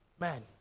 man